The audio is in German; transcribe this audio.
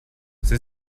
sie